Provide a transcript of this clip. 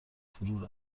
فرو